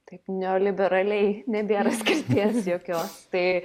taip neoliberaliai nebėra skirties jokios tai